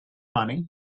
money